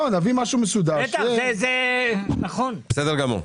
בסדר גמור.